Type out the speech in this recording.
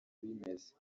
bimeze